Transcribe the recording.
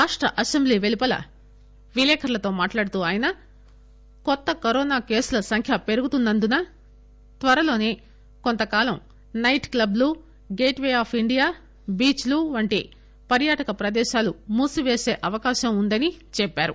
రాష్ట అసెంబ్లీ పెలుపల విలేకర్లతో మాట్లాడుతూ ఆయన కొత్త కరోనా కేసుల సంఖ్య పెరుగుతున్నందున త్వరలోనే కొంతకాలం సైట్ క్లట్ లు gateway of India beach లు వంటి పర్యాటక ప్రదేశాలు మూసివేసే అవకాశం వుందని చెప్పారు